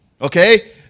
Okay